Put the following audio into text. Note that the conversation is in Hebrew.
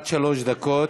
עד שלוש דקות.